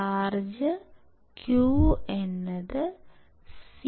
charge qCVεoWLto